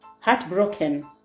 heartbroken